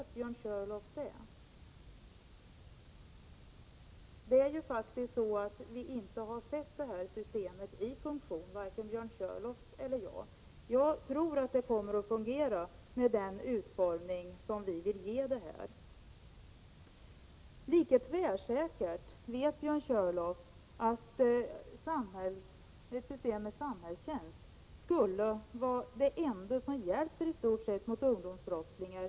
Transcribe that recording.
Hur vet Björn Körlof det? Varken Björn Körlof eller jag har sett detta system i funktion. Jag tror att det kommer att fungera, med den utformning som det nu kommer att få. Lika tvärsäkert vet Björn Körlof att systemet med samhällstjänst skulle vara i stort det enda som hjälper mot unga brottslingar.